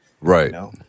Right